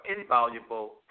invaluable